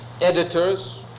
editors